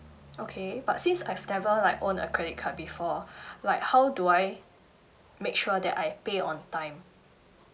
okay but since I've never like own a credit card before like how do I make sure that I pay on time